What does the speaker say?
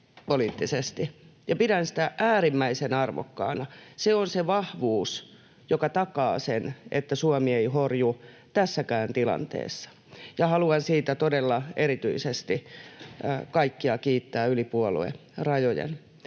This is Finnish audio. poliittisesti. Pidän sitä äärimmäisen arvokkaana. Se on se vahvuus, joka takaa sen, että Suomi ei horju tässäkään tilanteessa. Haluan siitä todella erityisesti kiittää kaikkia yli puoluerajojen.